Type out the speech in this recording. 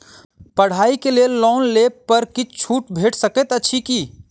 पढ़ाई केँ लेल लोन लेबऽ पर किछ छुट भैट सकैत अछि की?